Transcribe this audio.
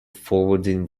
forwarding